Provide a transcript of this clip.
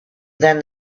then